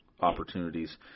opportunities